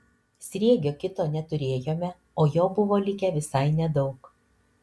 sriegio kito neturėjome o jo buvo likę visai nedaug